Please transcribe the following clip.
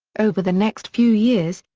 over the next few years,